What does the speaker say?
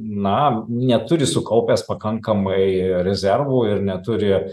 na neturi sukaupęs pakankamai rezervų ir neturi